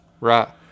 right